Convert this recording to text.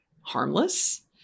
harmless